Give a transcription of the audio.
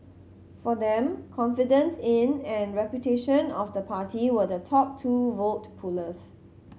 for them confidence in and reputation of the party were the top two vote pullers